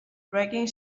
braking